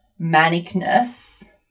manicness